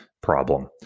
problem